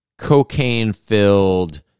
cocaine-filled